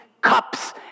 cups